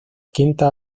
quinta